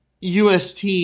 UST